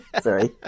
Sorry